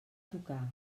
tocar